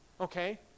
okay